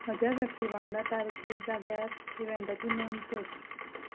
म्हज्या व्यक्ती वांगडा तारखेर जाग्यार इवँटाची नोंड कर